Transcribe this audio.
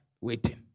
waiting